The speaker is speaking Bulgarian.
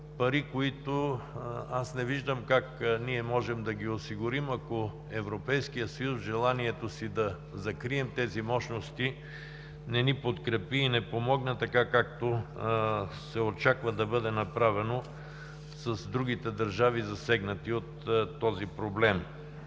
пари, които не виждам как ние можем да ги осигурим, ако Европейският съюз в желанието си да закрием тези мощности не ни подкрепи и не помогне така, както се очаква да бъде направено с другите държави, засегнати от този проблем.